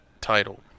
title